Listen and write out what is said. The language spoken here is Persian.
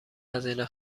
هزینه